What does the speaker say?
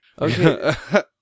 Okay